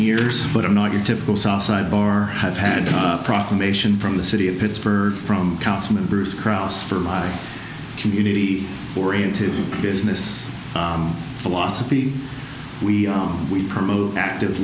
years but i'm not your typical south side bar have had a proclamation from the city of pittsburgh from councilman bruce kraus for my community oriented business philosophy we we promote active